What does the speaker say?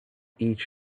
each